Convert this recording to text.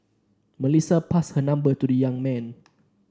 Melissa passed her number to the young man